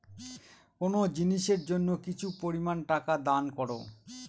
কোনো জিনিসের জন্য কিছু পরিমান টাকা দান করো